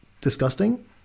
disgusting